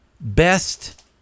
Best